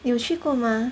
你有去过吗